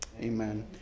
amen